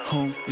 Home